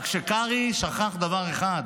רק שקרעי שכח דבר אחד,